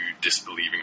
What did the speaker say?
disbelieving